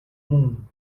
moon